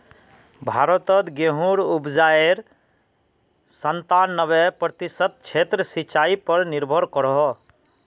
भारतोत गेहुंर उपाजेर संतानबे प्रतिशत क्षेत्र सिंचाई पर निर्भर करोह